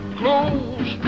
close